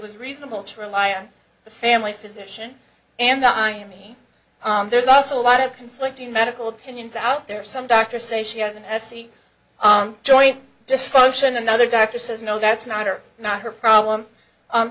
was reasonable to rely on the family physician and i mean there's also a lot of conflicting medical opinions out there some doctors say she has a messy joint dysfunction another doctor says no that's not are not her problem